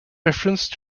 reference